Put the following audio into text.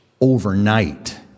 Overnight